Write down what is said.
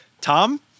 Tom